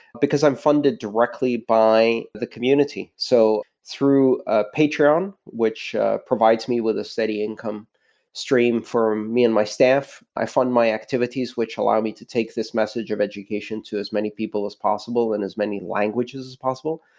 because i'm funded directly by the community. so through ah patron, which ah provides me with a steady income stream for me and my staff. i fund my activities which allow me to take this message of education to as many people as possible in as many languages as possible.